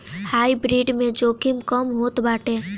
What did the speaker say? hybrid में जोखिम कम होत बाटे